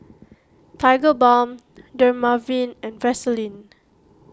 Tigerbalm Dermaveen and Vaselin